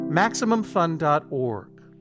MaximumFun.org